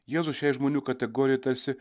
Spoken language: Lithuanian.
jėzus šiai žmonių kategorijai tarsi